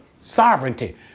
Sovereignty